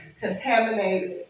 contaminated